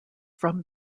from